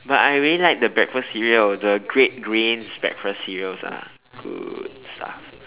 but I really like the breakfast cereal the great grains breakfast cereals are good stuff